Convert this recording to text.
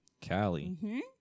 Cali